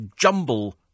Jumble